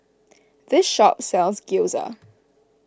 this shop sells Gyoza